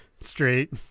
straight